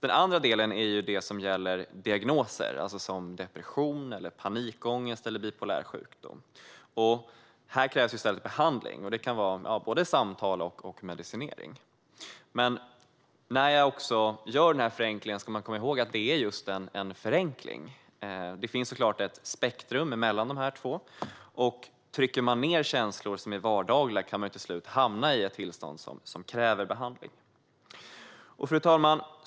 Å andra inkluderar det sådant som gäller diagnoser som depression, panikångest eller bipolär sjukdom. Här krävs i stället behandling. Det kan vara både samtal och medicinering. När jag nu gör denna förenkling ska vi komma ihåg att det är just en förenkling. Det finns ett spektrum mellan dessa båda. Trycker man ned känslor som är vardagliga kan man till slut hamna i ett tillstånd som kräver behandling. Fru talman!